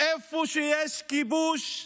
איפה שיש כיבוש,